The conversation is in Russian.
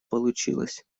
получилось